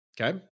Okay